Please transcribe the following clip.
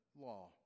law